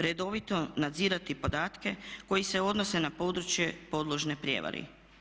Redovito nadzirati podatke koji se odnose na područje podložno prijevari.